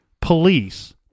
police